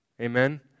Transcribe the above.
Amen